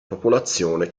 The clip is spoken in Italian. popolazione